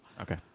Okay